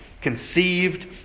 Conceived